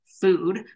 food